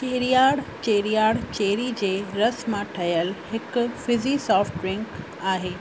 चेरीयाड चेरीयाड चेरी जे रस मां ठहियलु हिकु फिज़ी सॉफ्ट ड्रिंक आहे